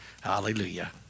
Hallelujah